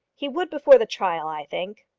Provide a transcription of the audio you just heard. he would before the trial, i think.